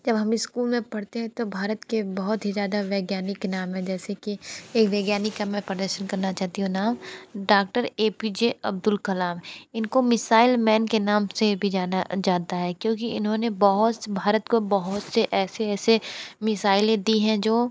जब हम इस्कूल में पढ़ते हैं तो भारत के बहुत ही ज़्यादा वैज्ञानिक नाम है जैसे कि एक वैज्ञानिक का मैं प्रदर्शन करना चाहती हूँ नाम doctor A P J Abdul Kalam इनको मिसाइल मैन के नाम से भी जाना जाता है क्योंकि इन्होंने बहुत भारत को बहुत से ऐसे ऐसे मिसाइलें दी हैं जो